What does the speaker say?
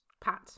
Pat